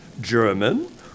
German